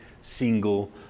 single